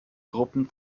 gruppen